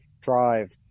drive